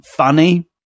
funny